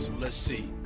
let's see.